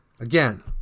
Again